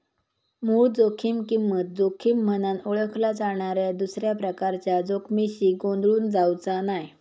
मूळ जोखीम किंमत जोखीम म्हनान ओळखल्या जाणाऱ्या दुसऱ्या प्रकारच्या जोखमीशी गोंधळून जावचा नाय